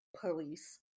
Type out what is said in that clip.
police